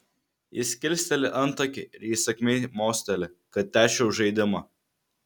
jis kilsteli antakį ir įsakmiai mosteli kad tęsčiau žaidimą